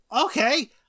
Okay